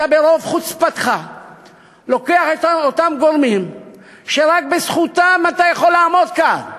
אתה ברוב חוצפתך לוקח את אותם גורמים שרק בזכותם אתה יכול לעמוד כאן,